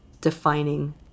defining